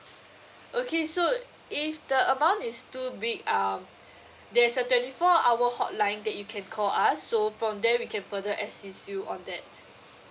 okay so if the amount is too big um there's a twenty four hour hotline that you can call us so from there we can further assist you on that